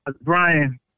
Brian